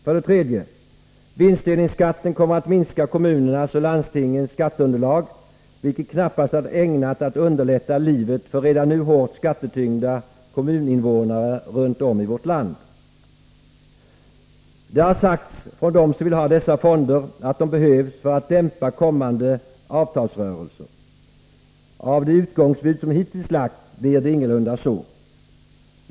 För det tredje: Vinstdelningsskatten kommer att minska kommunernas och landstingens skatteunderlag, vilket knappast är ägnat att underlätta livet för redan nu hårt skattetyngda kommuninvånare runt om i vårt land. För det fjärde: Det har sagts av dem som vill ha dessa fonder att de behövs för att dämpa lönekraven i kommande avtalsrörelser. Av de utgångsbud som hittills lagts fram blir det ingalunda så.